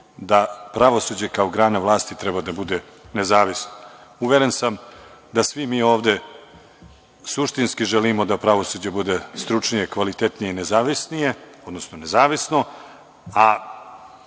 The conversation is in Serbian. da pravosuđe kao grana vlasti treba da bude nezavisno. Uveren sam da svi mi ovde suštinski želimo da pravosuđe bude stručnije, kvalitetnije i nezavisno, a kad već